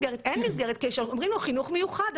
אומרים לו חינוך מיוחד,